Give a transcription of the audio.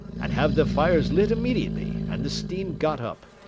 and have the fires lit immediately, and the steam got up.